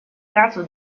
caso